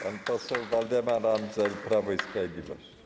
Pan poseł Waldemar Andzel, Prawo i Sprawiedliwość.